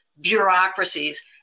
bureaucracies